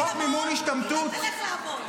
אם לא יהיה לה מעון היא לא תלך לעבוד.